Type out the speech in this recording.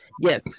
Yes